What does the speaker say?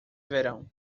verão